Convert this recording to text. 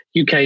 UK